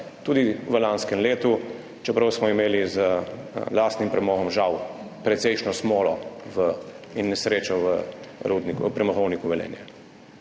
tudi v lanskem letu, čeprav smo imeli z lastnim premogom žal precejšnjo smolo in nesrečo v Premogovniku Velenje.